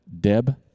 Deb